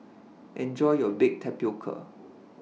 Enjoy your Baked Tapioca